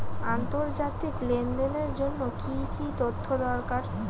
আন্তর্জাতিক লেনদেনের জন্য কি কি তথ্য দরকার?